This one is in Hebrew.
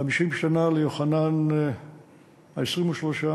50 שנה ליוחנן ה-23,